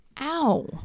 Ow